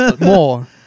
more